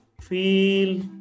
feel